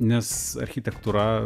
nes architektūra